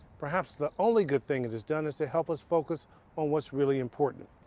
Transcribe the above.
perhaps the only good thing it has done is to help us focus on what's really important.